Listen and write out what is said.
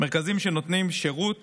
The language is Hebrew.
מרכזים שנותנים שירות